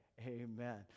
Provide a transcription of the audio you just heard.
amen